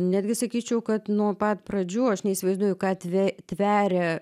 netgi sakyčiau kad nuo pat pradžių aš neįsivaizduoju ką tvė tveria